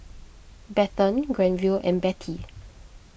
Bethann Granville and Betty